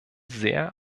sehr